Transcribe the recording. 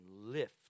lift